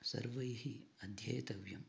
सर्वैः अध्येतव्यम्